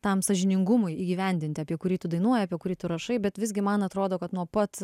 tam sąžiningumui įgyvendinti apie kurį tu dainuoji apie kurį tu rašai bet visgi man atrodo kad nuo pat